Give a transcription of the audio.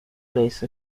place